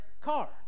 car